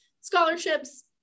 scholarships